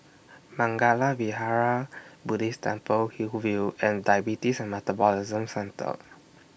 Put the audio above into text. Mangala Vihara Buddhist Temple Hillview and Diabetes and Metabolism Centre